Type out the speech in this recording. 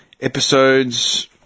Episodes